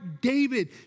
David